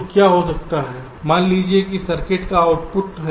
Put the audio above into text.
तो क्या हो सकता है मान लीजिए कि सर्किट का आउटपुट है